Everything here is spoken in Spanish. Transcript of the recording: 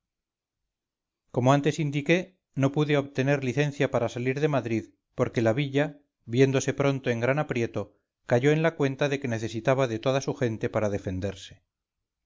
como antes indiqué no pude obtener licencia para salir de madrid porque la villa viéndose pronto en gran aprieto cayó en la cuenta de que necesitaba de toda su gente para defenderse